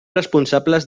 responsables